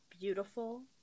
beautiful